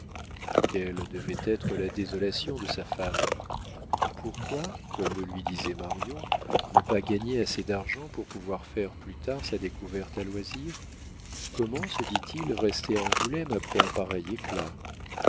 quelle devait être la désolation de sa femme pourquoi comme le lui disait marion ne pas gagner assez d'argent pour pouvoir faire plus tard sa découverte à loisir comment se dit-il rester à angoulême après un pareil éclat